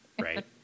Right